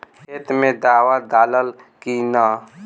खेत मे दावा दालाल कि न?